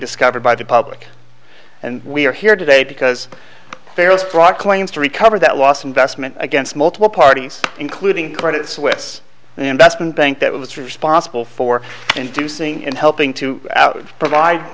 discovered by the public and we are here today because ferals brought claims to recover that lost investment against multiple parties including credit suisse an investment bank that was responsible for inducing and helping to provide